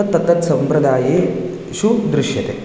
तत्तत्सम्प्रदायेषु दृश्यते